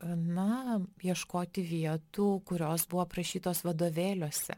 na ieškoti vietų kurios buvo aprašytos vadovėliuose